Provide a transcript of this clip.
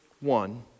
one